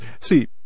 see